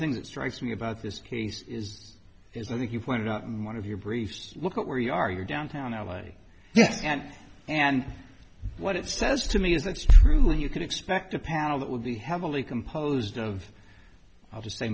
things that strikes me about this case is i think you pointed out in one of your briefs look at where you are you're downtown l a yes and and what it says to me is that's true you can expect a panel that will be heavily composed of i'll just say